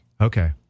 okay